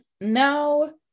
now